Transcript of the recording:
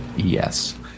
Yes